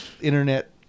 internet